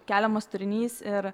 keliamas turinys ir